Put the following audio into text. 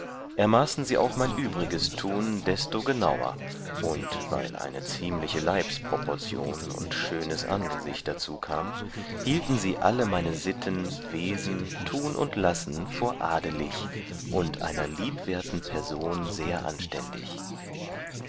konnte ermaßen sie auch mein übriges tun desto genauer und weil eine ziemliche leibsproportion und schönes angesicht darzukam hielten sie alle meine sitten wesen tun und lassen vor adelig und einer liebwerten person sehr anständig